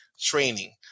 training